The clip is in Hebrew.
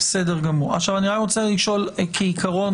כעיקרון,